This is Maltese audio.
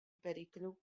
periklu